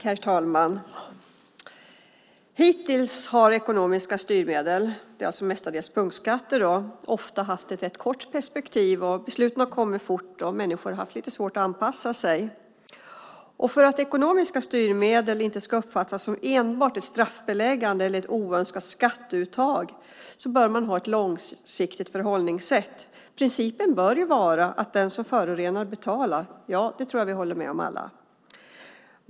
Herr talman! Hittills har ekonomiska styrmedel, mestadels punktskatter, ofta haft ett rätt kort perspektiv. Besluten har kommit fort, och människor har haft lite svårt att anpassa sig. För att ekonomiska styrmedel inte ska uppfattas som enbart ett straffbeläggande eller ett oönskat skatteuttag bör man ha ett långsiktigt förhållningssätt. Principen bör vara att den som förorenar betalar. Det tror jag att alla håller med om.